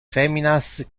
feminas